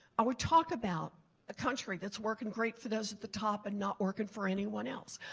i would talk about a country that's working great for those at the top and not working for anyone else.